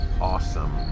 awesome